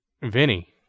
Vinny